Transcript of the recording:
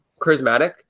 charismatic